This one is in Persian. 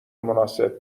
مناسب